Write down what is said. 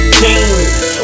team